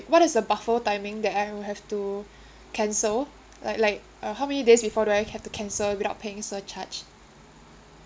what is the buffer timing that I will have to cancel like like uh how many days before do I have to cancel without paying surcharge